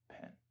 pen